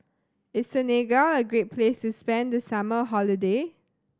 is Senegal a great place to spend the summer holiday